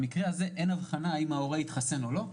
במקרה הזה אין אבחנה האם ההורה התחסן או לא.